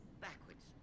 backwards